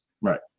right